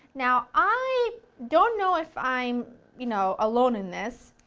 no i don't know if i'm you know alone in this.